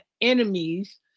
enemies